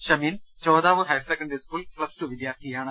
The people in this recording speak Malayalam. Shameen Chothavoor higher secondary school plus two വിദ്യാർത്ഥിയാണ്